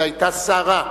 זו היתה סערה,